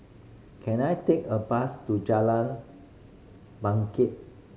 can I take a bus to Jalan Bangket